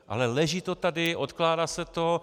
Ale leží to tady, odkládá se to.